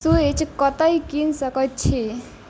switch कतय कीनि सकैत छी